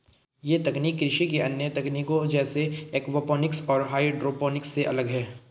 यह तकनीक कृषि की अन्य तकनीकों जैसे एक्वापॉनिक्स और हाइड्रोपोनिक्स से अलग है